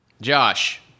josh